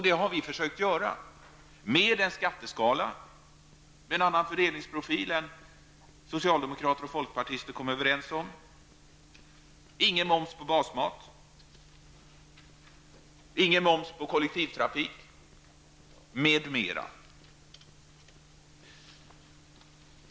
Det har vi försökt göra med en skatteskala som har annan fördelningsprofil än den socialdemokrater och folkpartister kommit överens om. Det är ingen moms på basmat, ingen moms på kollektivtrafik m.m.